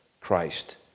Christ